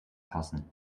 passen